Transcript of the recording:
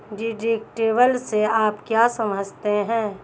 Deductible से आप क्या समझते हैं?